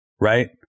Right